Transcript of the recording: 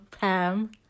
Pam